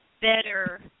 better